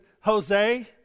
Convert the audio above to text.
Jose